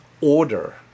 order